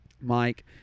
Mike